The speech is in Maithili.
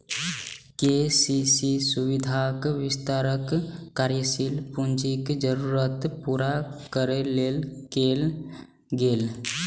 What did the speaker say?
के.सी.सी सुविधाक विस्तार कार्यशील पूंजीक जरूरत पूरा करै लेल कैल गेलै